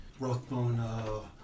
Rothbone